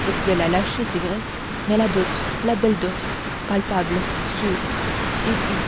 je pouvais la lâcher c'est vrai mais la dot la belle dot palpable sûre et puis